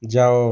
ଯାଅ